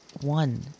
one